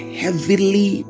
heavily